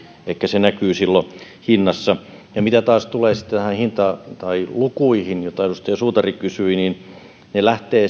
elikkä se näkyy silloin hinnassa mitä taas tulee näihin lukuihin mistä edustaja suutari kysyi niin ne lähtevät